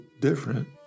different